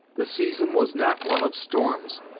the season was not one of storms,